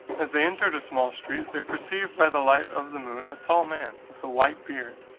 as they entered a small street, they perceived by the light of the moon, a tall man, with a white beard,